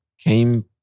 came